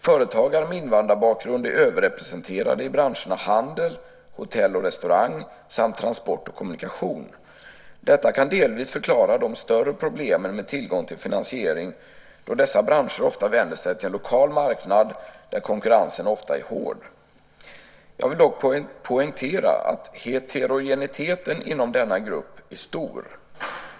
Företagare med invandrarbakgrund är överrepresenterade i branscherna handel, hotell och restaurang samt transport och kommunikation. Detta kan delvis förklara de större problemen med tillgången till finansiering då dessa branscher ofta vänder sig till en lokal marknad där konkurrensen ofta är hård. Jag vill dock poängtera att heterogeniteten inom denna grupp är stor.